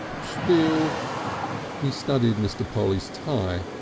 still he studied mr. polly's tie,